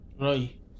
right